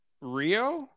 rio